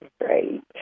Great